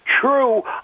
True